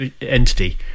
entity